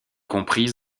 comprise